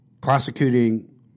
prosecuting